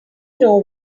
know